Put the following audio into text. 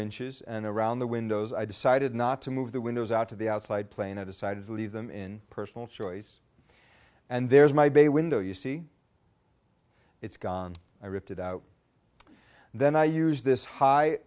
inches and around the windows i decided not to move the windows out to the outside plane i decided to leave them in personal choice and there's my bay window you see it's gone i ripped it out then i use this high